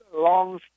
long